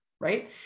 Right